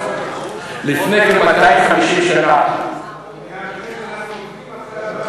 לפני כ-250 שנה, אנחנו עוקבים אחרי הדבר הזה.